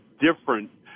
different